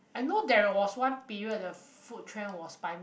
I know there was one period the food trend was 白